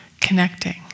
connecting